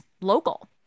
local